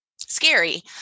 scary